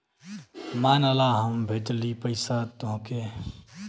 मान ला हम भेजली पइसा तोह्के